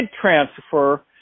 transfer